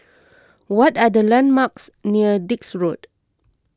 what are the landmarks near Dix Road